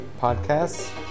podcasts